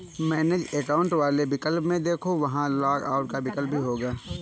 manage account वाले विकल्प में देखो, वहां लॉग आउट का विकल्प भी होगा